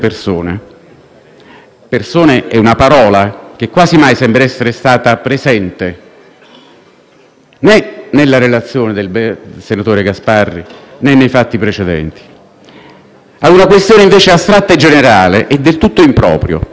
né nella relazione del senatore Gasparri, né nei fatti precedenti) a una questione invece astratta e generale è del tutto improprio ed evidenzia come sia impossibile non autorizzare la magistratura a procedere se ci si attiene semplicemente,